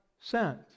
sent